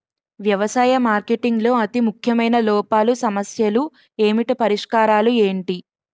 వ్యవసాయ మార్కెటింగ్ లో అతి ముఖ్యమైన లోపాలు సమస్యలు ఏమిటి పరిష్కారాలు ఏంటి?